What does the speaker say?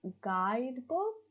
Guidebook